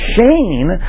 Shane